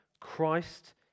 Christ